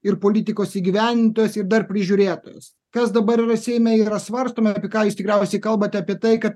ir politikos įgyvendintojas ir dar prižiūrėtojas kas dabar yra seime yra svarstoma apie ką jūs tikriausiai kalbate apie tai kad